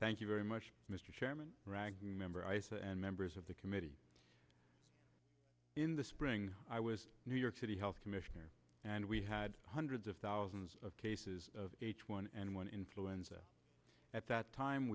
thank you very much mr chairman member ice and members of the committee in the spring i was a new york city health commissioner and we had hundreds of thousands of cases of h one n one influenza at that time